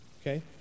Okay